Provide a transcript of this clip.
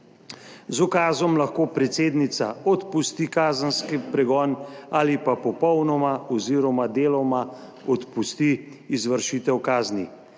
Z ukazom lahko predsednica odpusti kazenski pregon ali pa popolnoma oz. deloma odpusti izvršitev kazni.